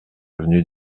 avenue